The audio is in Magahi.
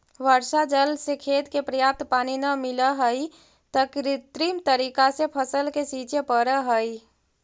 वर्षा जल से खेत के पर्याप्त पानी न मिलऽ हइ, त कृत्रिम तरीका से फसल के सींचे पड़ऽ हइ